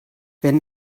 wenn